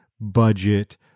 budget